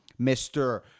Mr